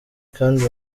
kandi